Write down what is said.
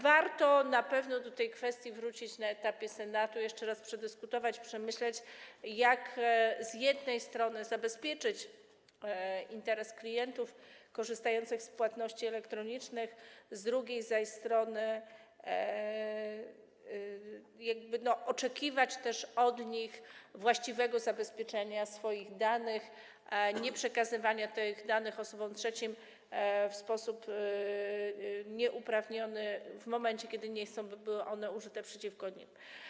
Warto na pewno do tej kwestii wrócić na etapie Senatu, jeszcze raz przedyskutować, przemyśleć, jak z jednej strony zabezpieczyć interes klientów korzystających z płatności elektronicznych, z drugiej zaś strony, oczekiwać od nich właściwego zabezpieczenia swoich danych, nieprzekazywania tych danych osobom trzecim w sposób nieuprawniony, gdy nie chcą, by były one użyte przeciwko nim.